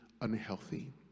unhealthy